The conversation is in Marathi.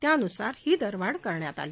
त्यान्सार ही दरवाढ करण्यात आली